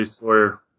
Sawyer